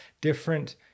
different